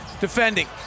defending